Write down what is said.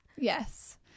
Yes